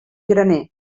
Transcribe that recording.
graner